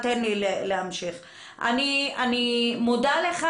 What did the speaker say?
אני מודה לך,